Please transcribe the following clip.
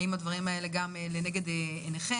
האם הדברים האלה גם לנגד עיניכם?